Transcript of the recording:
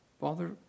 Father